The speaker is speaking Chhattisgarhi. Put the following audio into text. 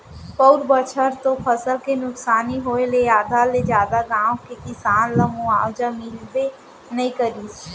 पउर बछर तो फसल के नुकसानी होय ले आधा ले जादा गाँव के किसान ल मुवावजा मिलबे नइ करिस